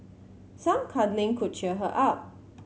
some cuddling could cheer her up